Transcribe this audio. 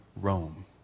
Rome